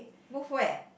move where